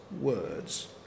words